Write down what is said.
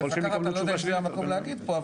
הרי אני לא יודע אם זה המקום להגיד פה,